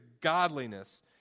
godliness